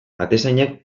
atezainak